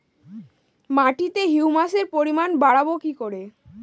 মাটিতে হিউমাসের পরিমাণ বারবো কি করে?